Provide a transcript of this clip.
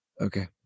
Okay